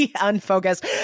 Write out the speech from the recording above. unfocused